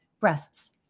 breasts